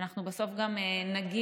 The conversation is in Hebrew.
ואנחנו בסוף גם נגיע,